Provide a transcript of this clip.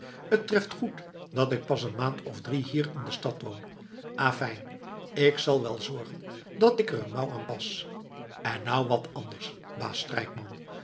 t treft goed dat ik pas een maand of drie hier in de stad woon afijn ik zal wel zorgen dat ik er een mouw aan pas en nou wat anders baas strijkman